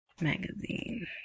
magazine